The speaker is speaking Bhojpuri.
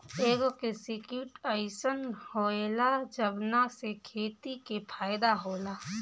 एगो कृषि किट अइसन होएला जवना से खेती के फायदा होला